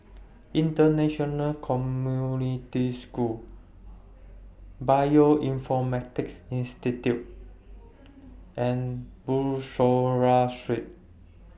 International Community School Bioinformatics Institute and Bussorah Street